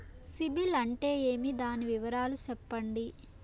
సిబిల్ అంటే ఏమి? దాని వివరాలు సెప్పండి?